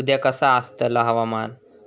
उद्या कसा आसतला हवामान?